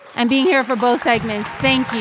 and being here for both segments. thank you